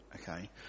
okay